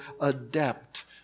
adept